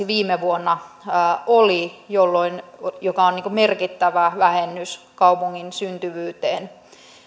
viime vuonna oli mikä on merkittävä vähennys kaupungin syntyvyyteen